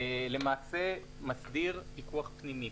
למעשה מסדיר פיקוח פנימי,